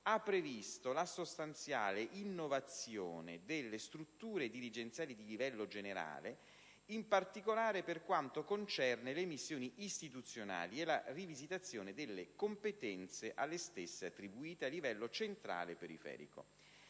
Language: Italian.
ha previsto la sostanziale innovazione delle strutture dirigenziali di livello generale, in particolare per quanto concerne le missioni istituzionali, e la rivisitazione delle competenze alle stesse attribuite, a livello centrale e periferico.